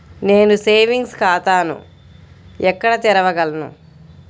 నేను సేవింగ్స్ ఖాతాను ఎక్కడ తెరవగలను?